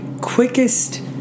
quickest